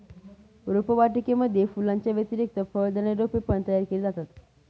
रोपवाटिकेमध्ये फुलांच्या व्यतिरिक्त फळ देणारी रोपे पण तयार केली जातात